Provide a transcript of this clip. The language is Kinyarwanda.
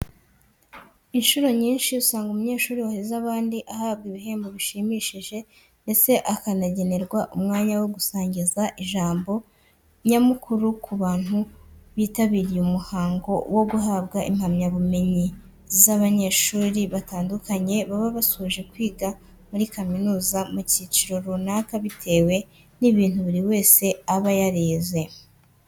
Incuro nyinshi usanga umunyeshuri wahize abandi ahabwa ibihembo bishimishije ndetse akanagenerwa umwanya wo gusangiza ijambo nyamukuru ku bantu bitabiriye umuhango wo guhabwa impamyabumenyi z'abanyeshuri batandukanye baba basoje kwiga muri kaminuza mu cyiciro runaka bitewe n'ibintu buri wese aba yarize.